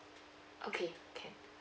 okay can